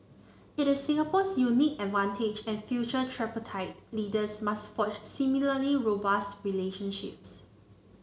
it is Singapore's unique advantage and future tripartite leaders must forge similarly robust relationships